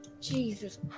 Jesus